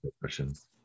Questions